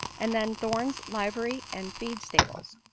and then thorne's livery and feed stables.